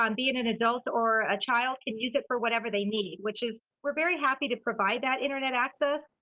um be it an adult or a child, can use it for whatever they need. which is we're very happy to provide that internet access,